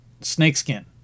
snakeskin